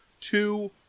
two